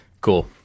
cool